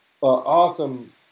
awesome